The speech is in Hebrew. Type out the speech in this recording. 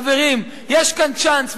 חברים, יש כאן צ'אנס.